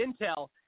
intel